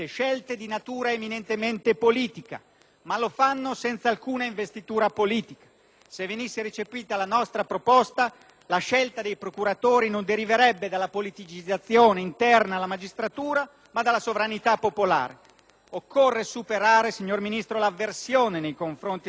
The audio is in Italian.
Se venisse recepita la nostra proposta, la scelta dei procuratori non deriverebbe dalla politicizzazione interna alla magistratura, ma dalla sovranità popolare. Occorre superare, signor Ministro, l'avversione nei confronti della magistratura elettiva e della giustizia locale come espressione dell'autonomia delle comunità locali,